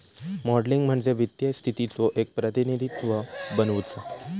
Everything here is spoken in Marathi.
मॉडलिंग म्हणजे वित्तीय स्थितीचो एक प्रतिनिधित्व बनवुचा